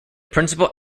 principal